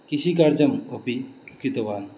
कृषिकार्यम् अपि कृतवान्